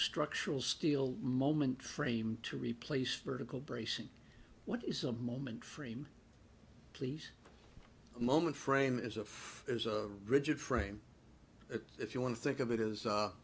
structural steel moment frame to replace vertical bracing what is a moment frame please moment frame is a rigid frame if you want to think of it as